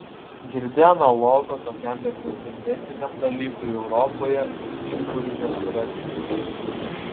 girdi analogo tokiam beprecedentiniam dalykui europoje ir su žiburiu nesurasi